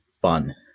fun